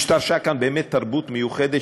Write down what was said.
השתרשה כאן באמת תרבות מיוחדת,